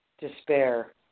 despair